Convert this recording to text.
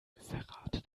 verrate